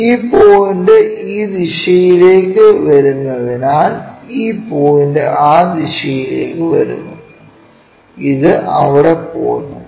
ഈ പോയിന്റ് ഈ ദിശയിലേക്ക് വരുന്നതിനാൽ ഈ പോയിന്റ് ആ ദിശയിലേക്ക് വരുന്നു ഇത് അവിടെ പോകുന്നു